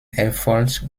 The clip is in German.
erfolgt